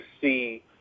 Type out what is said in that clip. see